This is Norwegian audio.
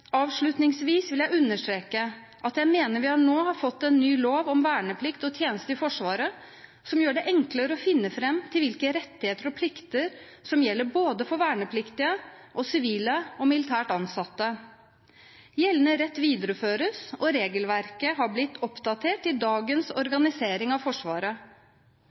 Avslutningsvis vil jeg understreke at jeg mener vi nå har fått en ny lov om verneplikt og tjeneste i Forsvaret som gjør det enklere å finne fram til hvilke rettigheter og plikter som gjelder både for vernepliktige og sivilt og militært ansatte. Gjeldende rett videreføres, og regelverket har blitt oppdatert til dagens organisering av Forsvaret.